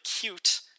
cute